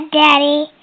Daddy